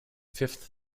fifth